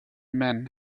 men